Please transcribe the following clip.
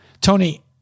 Tony